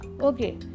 Okay